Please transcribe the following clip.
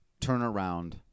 turnaround